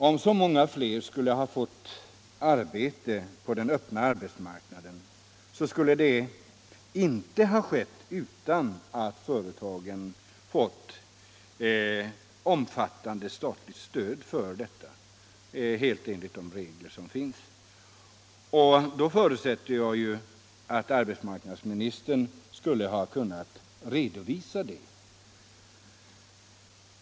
Om så många fler skulle ha fått arbete på den öppna arbetsmarknaden, skulle detta inte ha kunnat ske utan att företagen fått omfattande statligt stöd för detta ändamål — helt enligt Om de handikappades situation på arbetsmarknaden Om de handikappades situation på arbetsmarknaden de regler som finns — och då förutsätter jag att arbetsmarknadsministern skulle ha kunnat redovisa det.